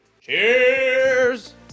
Cheers